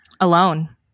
alone